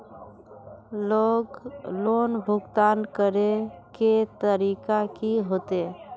Loan भुगतान करे के तरीका की होते?